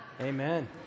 Amen